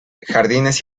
jardines